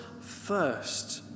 First